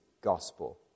Gospel